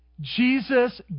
Jesus